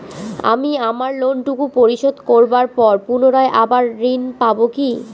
আমি আমার লোন টুকু পরিশোধ করবার পর পুনরায় আবার ঋণ পাবো কি?